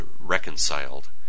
reconciled